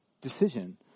decision